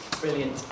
brilliant